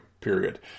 Period